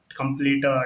complete